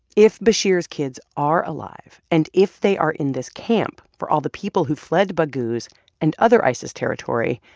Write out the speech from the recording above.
if bashir's kids are alive and if they are in this camp for all the people who fled baghouz and other isis territory,